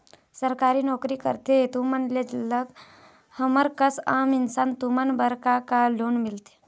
सरकारी नोकरी करथे तुमन ले अलग हमर कस आम इंसान हमन बर का का लोन मिलथे?